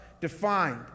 defined